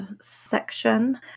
section